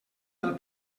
del